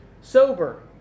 sober